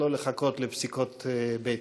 ולא לחכות לפסיקות בית-המשפט.